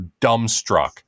dumbstruck